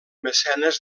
mecenes